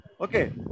Okay